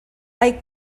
hay